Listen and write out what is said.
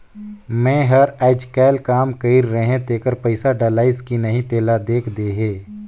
मै हर अईचकायल काम कइर रहें तेकर पइसा डलाईस कि नहीं तेला देख देहे?